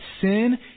sin